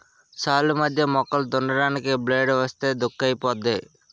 సాల్లు మధ్య మొక్కలు దున్నడానికి బ్లేడ్ ఏస్తే దుక్కైపోద్ది